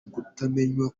kutamenya